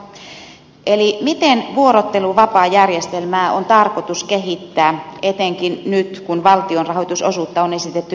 miten vuorotteluvapaajärjestelmää on tarkoitus kehittää etenkin nyt kun valtion rahoitusosuutta on esitetty vähennettävän